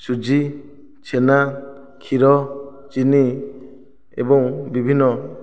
ସୁଜି ଛେନା କ୍ଷୀର ଚିନି ଏବଂ ବିଭିନ୍ନ